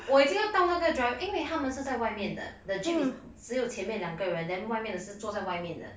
我已经要到那个 driver 因为他们是在外面的 the jeep is 只有前面两个人 then 外面是坐在外面的